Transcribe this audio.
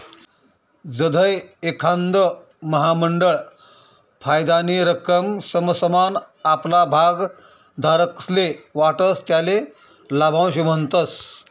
जधय एखांद महामंडळ फायदानी रक्कम समसमान आपला भागधारकस्ले वाटस त्याले लाभांश म्हणतस